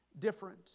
different